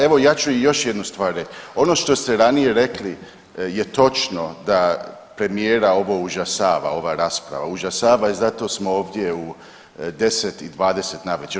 Evo, ja ću još jednu stvar reći, ono što ste ranije rekli je točno da premijera ovo užasava, ova rasprava, užasava i zato smo ovdje u 10 i 20 navečer.